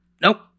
Nope